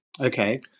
Okay